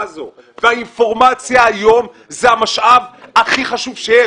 הזאת והאינפורמציה היום היא המשאב הכי חשוב שיש.